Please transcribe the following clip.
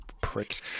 prick